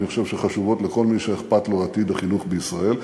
אני חושב שחשובות לכל מי שאכפת לו מעתיד החינוך בישראל,